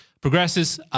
progresses